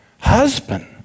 husband